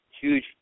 huge